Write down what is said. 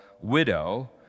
widow